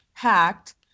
Hacked